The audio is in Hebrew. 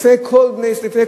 לפני כל העם.